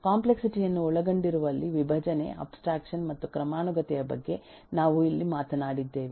complexity ಯನ್ನು ಒಳಗೊಂಡಿರುವಲ್ಲಿ ವಿಭಜನೆ ಅಬ್ಸ್ಟ್ರಾಕ್ಷನ್ ಮತ್ತು ಕ್ರಮಾನುಗತೆಯ ಬಗ್ಗೆ ನಾವು ಇಲ್ಲಿ ಮಾತನಾಡಿದ್ದೇವೆ